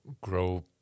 grow